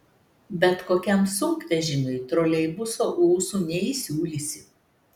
bet kokiam sunkvežimiui troleibuso ūsų neįsiūlysi